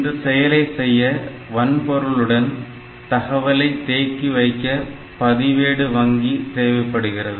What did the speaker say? இந்த செயலை செய்ய வன்பொருளுடன் தகவலை தேக்கிவைக்க பதிவேடு வங்கி தேவைப்படுகிறது